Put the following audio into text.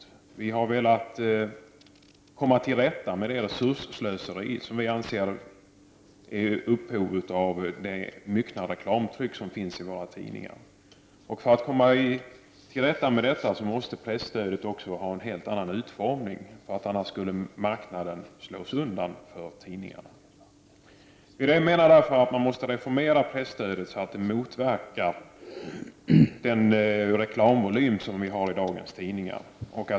Vi har velat komma till rätta med det resursslöseri som vi anser att det myckna reklamtryck som finns i våra tidningar är upphov till. För att komma till rätta med detta måste också presstödet ha en helt annan utformning. Annars skulle marknaden slås undan för tidningarna. Vi menar därför att man måste reformera presstödet så att det motverkar den reklamvolym som vi har i dagens tidningar.